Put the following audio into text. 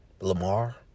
Lamar